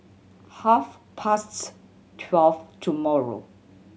half past twelve tomorrow